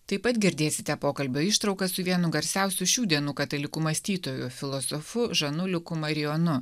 taip pat girdėsite pokalbio ištraukas su vienu garsiausių šių dienų katalikų mąstytoju filosofu žanu liuku marijonu